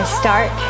start